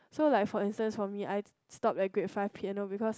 so like for instance for me I stopped at grade five piano because